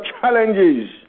challenges